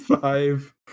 five